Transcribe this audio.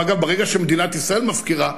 אגב, ברגע שמדינת ישראל מפקירה,